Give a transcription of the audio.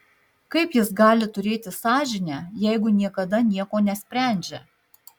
kaip jis gali turėti sąžinę jeigu niekada nieko nesprendžia